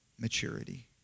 maturity